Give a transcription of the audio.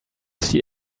see